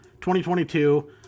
2022